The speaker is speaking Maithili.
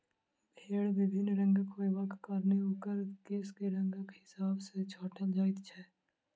भेंड़ विभिन्न रंगक होयबाक कारणेँ ओकर केश के रंगक हिसाब सॅ छाँटल जाइत छै